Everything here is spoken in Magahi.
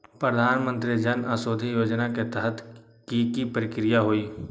प्रधानमंत्री जन औषधि योजना के तहत की की प्रक्रिया होई?